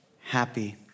happy